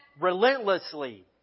relentlessly